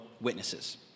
witnesses